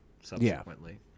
subsequently